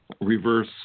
reverse